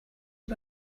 you